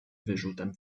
wyrzutem